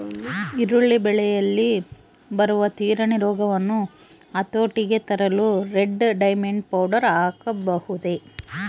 ಈರುಳ್ಳಿ ಬೆಳೆಯಲ್ಲಿ ಬರುವ ತಿರಣಿ ರೋಗವನ್ನು ಹತೋಟಿಗೆ ತರಲು ರೆಡ್ ಡೈಮಂಡ್ ಪೌಡರ್ ಹಾಕಬಹುದೇ?